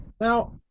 Now